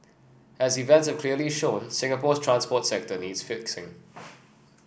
as events have clearly shown Singapore's transport sector needs fixing